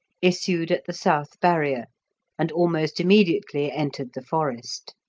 issued at the south barrier and almost immediately entered the forest.